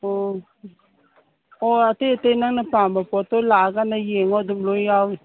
ꯑꯣ ꯑꯩ ꯑꯇꯩ ꯅꯪꯅ ꯄꯥꯝꯕ ꯄꯣꯠꯇꯨ ꯂꯥꯛꯑ ꯀꯥꯟꯗ ꯌꯦꯡꯉꯣ ꯑꯗꯨꯝ ꯂꯣꯏ ꯌꯥꯎꯔꯤ